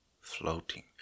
floating